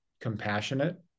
compassionate